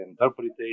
interpretation